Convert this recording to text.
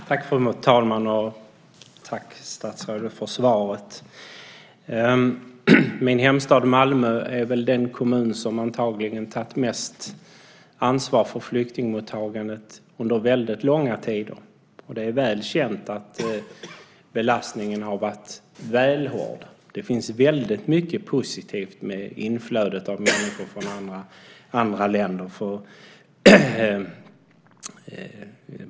Fru talman! Tack statsrådet för svaret. Min hemstad Malmö är väl den kommun som antagligen tagit mest ansvar för flyktingmottagandet under lång tid. Det är väl känt att belastningen har varit hård. Det finns mycket positivt med inflödet av människor från andra länder.